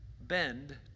bend